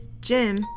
Jim